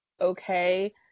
okay